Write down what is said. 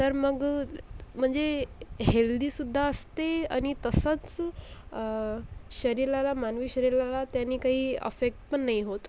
तर मग म्हणजे हेल्दी सुद्धा असते आणि तसंच शरीराला मानवी शरीराला त्याने काही अफेक्ट पण नाही होत